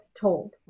told